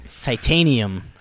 Titanium